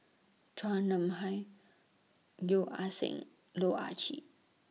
Chua Nam Hai Yeo Ah Seng Loh Ah Chee